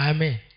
Amen